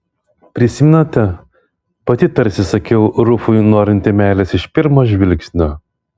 prisimenate pati tarsi sakiau rufui norinti meilės iš pirmo žvilgsnio